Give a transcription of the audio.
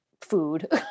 food